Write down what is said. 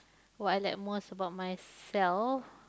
what I like most about myself